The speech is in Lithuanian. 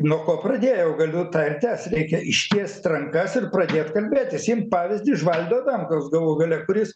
nuo ko pradėjau galiu tą ir tęst reikia ištiest rankas ir pradėt kalbėtis imti pavyzdį iš valdo adamkaus galų gale kuris